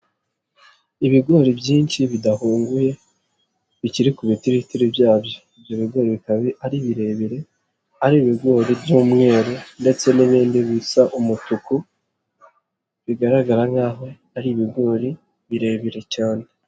Ibigori byinshi bidahunguye bikiri ku bititiri byabyo, ibyo bigori bikaba ari birebire ari ibigori by'umweru ndetse n'ibindi bisa umutuku bigaragara nk'aho ari ibigori birebire cyane.